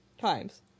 times